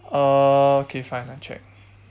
uh okay fine I check